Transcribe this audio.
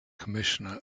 commissioner